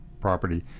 property